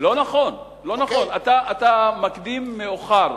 לא נכון, אתה מקדים את המאוחר.